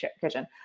kitchen